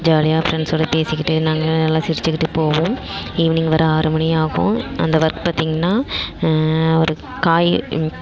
ஜாலியாக பிரண்ஸ்ஸோடு பேசிக்கிட்டு நாங்கள் நல்லா சிரிச்சுக்கிட்டுப் போவோம் ஈவ்னிங் வர ஆறு மணி ஆகும் அந்த ஒர்க் பார்த்திங்னா ஒரு காய்